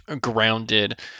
grounded